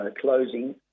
closing